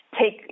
take